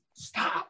stop